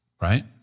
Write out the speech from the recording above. right